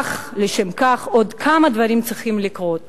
אך לשם כך צריכים לקרות